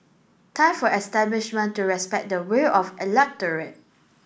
time for establishment to respect the will of electorate